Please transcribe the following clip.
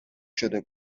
شده